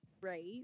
right